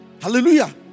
Hallelujah